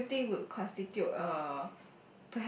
what do you think would constitute a